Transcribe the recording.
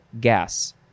gas